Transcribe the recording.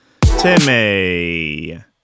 Timmy